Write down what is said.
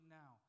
now